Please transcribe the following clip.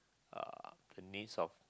uh the needs of